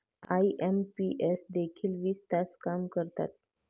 IMPS देखील वीस तास काम करतात?